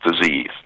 disease